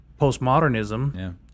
postmodernism